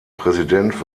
präsident